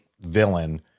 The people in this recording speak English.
villain